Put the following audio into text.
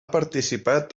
participat